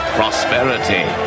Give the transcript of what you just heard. prosperity